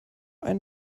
ein